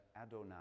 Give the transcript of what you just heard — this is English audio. Adonai